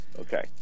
Okay